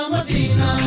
Madina